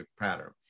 pattern